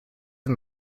him